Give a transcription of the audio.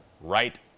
right